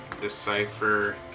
decipher